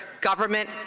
government